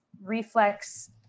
reflex